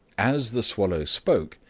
as the swallow spoke,